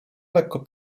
lekko